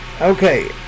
Okay